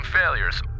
failures